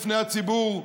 בפני הציבור,